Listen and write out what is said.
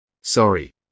Sorry